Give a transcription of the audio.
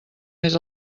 més